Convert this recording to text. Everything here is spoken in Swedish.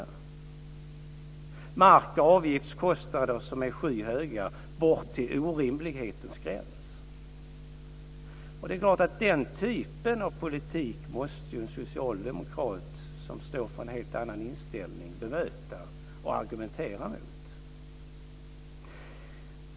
Det är mark och avgiftskostnader som är skyhöga, till orimlighetens gräns. Det är klart att den typen av politik måste ju en socialdemokrat som står för en helt annan inställning bemöta och argumentera mot.